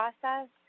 process